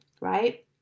right